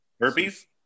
Herpes